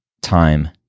time